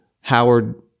Howard